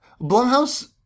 Blumhouse